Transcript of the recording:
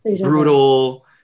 Brutal